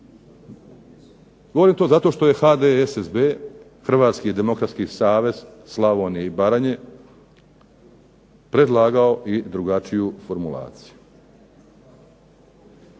Govorim to zato što je HDSSB Hrvatski demokratski savez Slavonije i Baranje predlagao i drugačiju formulaciju.